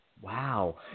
Wow